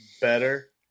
better